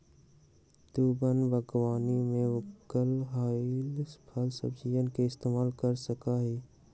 तु वन बागवानी में उगल होईल फलसब्जियन के इस्तेमाल कर सका हीं